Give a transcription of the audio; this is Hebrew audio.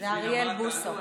זה אריאל בוסו.